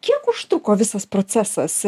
kiek užtruko visas procesas